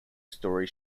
story